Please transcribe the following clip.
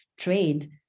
trade